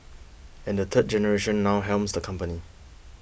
and the third generation now helms the company